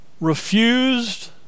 refused